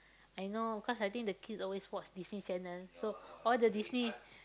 I know cause I think the kid always watch Disney channel so all the Disney